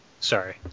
sorry